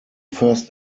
first